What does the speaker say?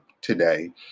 today